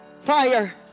Fire